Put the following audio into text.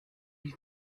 you